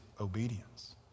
obedience